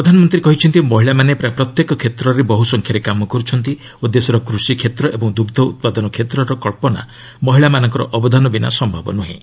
ପ୍ରଧାନମନ୍ତ୍ରୀ କହିଛନ୍ତି ମହିଳାମାନେ ପ୍ରାୟ ପ୍ରତ୍ୟେକ କ୍ଷେତ୍ରରେ ବହୁ ସଂଖ୍ୟାରେ କାମ କରୁଛନ୍ତି ଓ ଦେଶର କୃଷି କ୍ଷେତ୍ର ଏବଂ ଦୁଗ୍ର ଉତ୍ପାଦନ କ୍ଷେତ୍ରର କଳ୍ପନା ମହିଳାମାନଙ୍କ ଅବଦାନ ବିନା ସମ୍ଭବ ନୁହେଁ